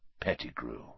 Pettigrew